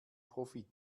profit